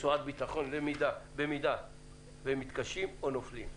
רצועת ביטחון, במידה והם מתקשים או נופלים.